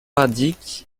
indique